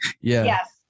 Yes